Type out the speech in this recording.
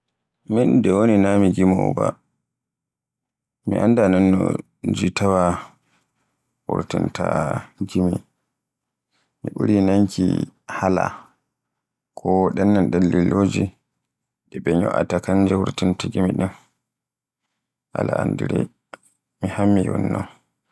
Min nde woni na mi gimowo ba, mi annda non no jitaawa wurtinta gimi. Mi ɓuri nanuuki hala, ko ɗen non ɗen liloje ɗe ɓe nyo'ata ko kanje wurtinta gimi ɗin, ala anndi rey, mi hammi un non.